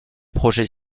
projets